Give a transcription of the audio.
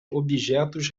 objetos